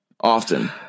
often